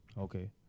Okay